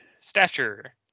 stature